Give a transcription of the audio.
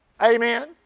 amen